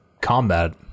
combat